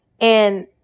And-